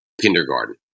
kindergarten